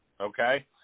okay